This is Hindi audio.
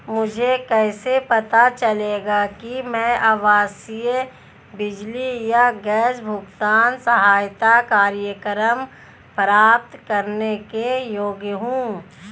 मुझे कैसे पता चलेगा कि मैं आवासीय बिजली या गैस भुगतान सहायता कार्यक्रम प्राप्त करने के योग्य हूँ?